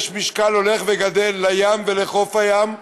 יש משקל הולך וגדל לים ולחוף הים.